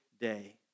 day